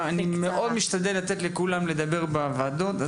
אני מאוד משתדל לתת לכולם לדבר בוועדות,